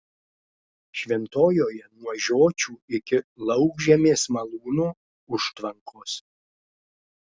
šventojoje nuo žiočių iki laukžemės malūno užtvankos